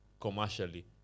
commercially